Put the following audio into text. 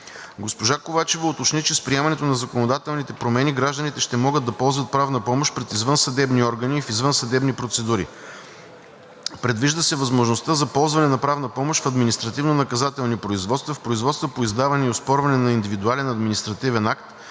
Госпожа Ковачева уточни, че с приемането на законодателните промени гражданите ще могат да ползват правна помощ пред извънсъдебни органи и в извънсъдебни процедури. Предвижда се възможността за ползване на правната помощ в административнонаказателни производства, в производства по издаване и оспорване на индивидуален административен акт